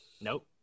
Nope